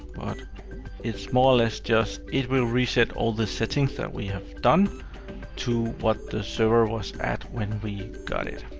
but it's more or less just, it will reset all the settings that we have done to what the server was at when we got it.